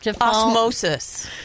Osmosis